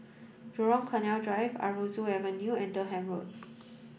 Jurong Canal Drive Aroozoo Avenue and Durham Road